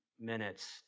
minutes